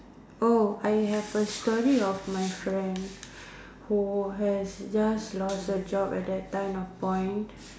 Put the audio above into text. oh I have a story of my friend who has just lost her job at that time of point